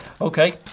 Okay